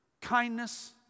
kindness